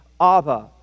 Abba